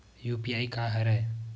UPI का हरय?